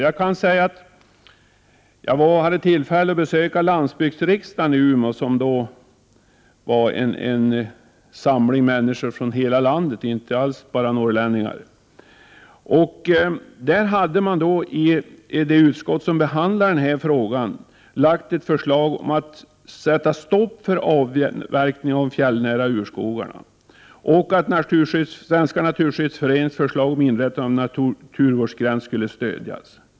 Jag hade tillfälle att besöka landsbygdsriksdagen i Umeå, där människor från hela landet hade samlats. Det var inte alls bara norrlänningar. I det utskott som behandlade denna fråga hade det lagts fram ett förslag om stopp för avverkning av fjällnära urskogar och om att Svenska naturskyddsföreningens förslag om inrättande av en naturvårdsgräns skulle stödjas.